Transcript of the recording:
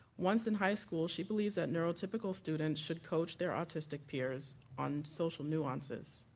once in high school, she believes that neurotypical students should coach their autistic peers on social nuances.